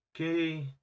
Okay